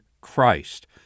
Christ